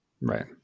right